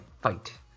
fight